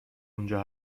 اونجا